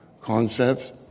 concepts